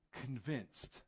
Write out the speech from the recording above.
convinced